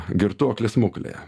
girtuoklį smuklėje